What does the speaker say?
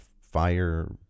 fire